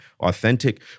authentic